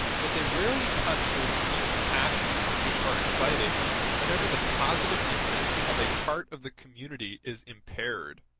but they rarely touch those deep passions which are excited whenever the positive interest of a part of the community is impaired